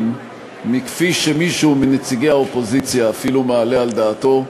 מכפי שמישהו מנציגי האופוזיציה אפילו מעלה על דעתו.